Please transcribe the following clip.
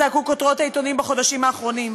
זעקו כותרות העיתונים בחודשים האחרונים.